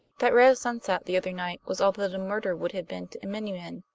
that red sunset the other night was all that a murder would have been to many men.